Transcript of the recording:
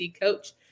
coach